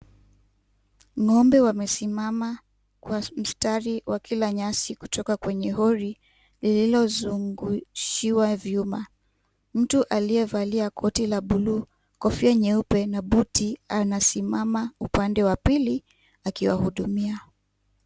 Ng'ombe wamesimama kwa mstari wakila nyasi kutoka kwenye hori lililozungushiwa vyuma. Mtu aliyevalia koti la bluu, kofia nyeupe na buti anasimama upande wa pili akiwahudumia.